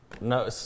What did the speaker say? No